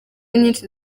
nyinshi